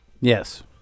Yes